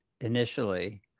initially